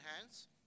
hands